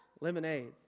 lemonade